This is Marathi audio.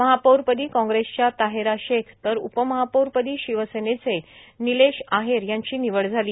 महापौर पदी कांग्रेसच्या ताहेरा शेख तर उपमहापौर पदी शिवसेनेचे निलेश आहेर यांची निवड झाली